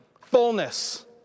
fullness